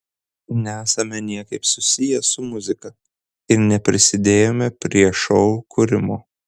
nesame niekaip susiję su muzika ir neprisidėjome prie šou kūrimo